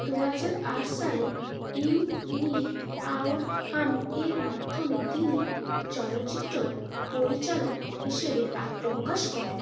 দুহাজার আট সালে ইউ মি অওর হম এর মাধ্যমে তিনি চলচ্চিত্র পরিচালক হিসেবে আত্মপ্রকাশ করেন